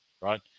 right